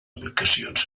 aplicacions